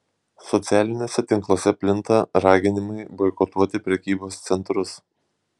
socialiniuose tinkluose plinta raginimai boikotuoti prekybos centrus